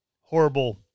horrible